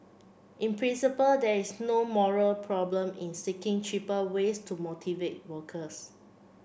in principle there is no moral problem in seeking cheaper ways to motivate workers